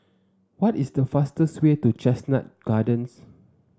what is the fastest way to Chestnut Gardens